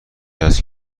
است